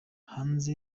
hanze